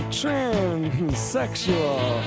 transsexual